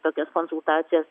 tokias konsultacijas